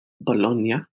Bologna